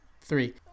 three